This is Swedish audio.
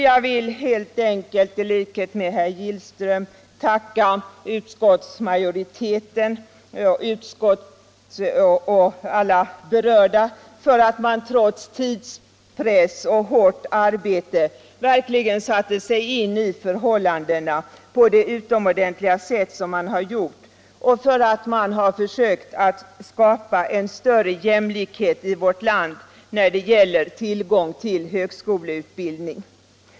Jag vill helt enkelt i likhet med herr Gillström tacka utskottsmajoriteten och alla andra berörda för att man trots tidspress verkligen satt sig in i förhållandena på det utomordentliga sätt som man har gjort och för att man har försökt skapa en större jämlikhet i vårt land när det gäller tillgång till högskoleutbildning.